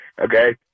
okay